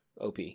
OP